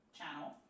channel